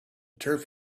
turf